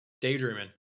daydreaming